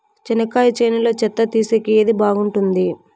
చెనక్కాయ చేనులో చెత్త తీసేకి ఏది బాగుంటుంది?